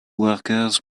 workers